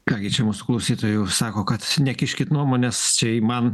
ką gi čia mūsų klausytojai jau sako kad nekiškit nuomonės čia į man